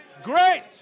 great